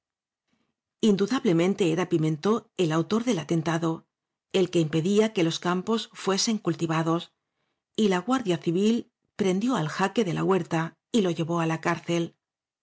indudablemente era pimentb el autor del atentado el que impedía que los campos fuesen cultivados y la guardia civil prendió al jaque de la huerta y lo llevó á la cárcel